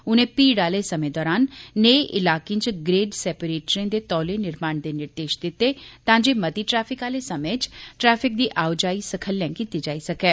उने भीड़ आले समें दौरान नेह इलाकें च ग्रेड सेप्रेटरें ते तौले निर्माण दे निर्देश दित्ते तां जे मती ट्रैफिक आले समें च ट्रैफिक दी आओजाई सखल्ले कीती जाई सकै